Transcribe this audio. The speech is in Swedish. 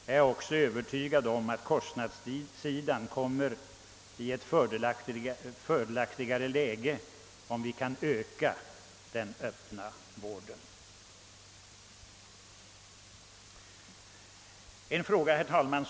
Jag är också övertygad om att kostnadssidan kommer i ett fördelaktigare läge om den öppna vården kan ökas. Herr talman!